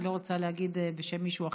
ואני לא רוצה להגיד בשם מישהו אחר.